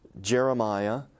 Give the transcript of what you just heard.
Jeremiah